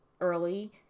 early